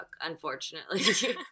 unfortunately